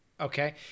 Okay